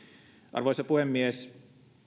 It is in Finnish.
arvoisa puhemies